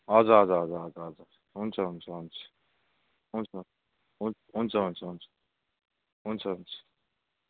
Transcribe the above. हजुर हजुर हजुर हजुर हुन्छ हुन्छ हुन्छ हुन्छ हुन्छ हुन्छ हुन्छ हुन्छ हुन्छ